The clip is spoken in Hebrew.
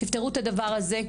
תפתרו את הדבר הזה,